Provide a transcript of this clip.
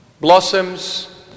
blossoms